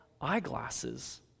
eyeglasses